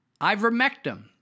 ivermectin